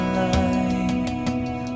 life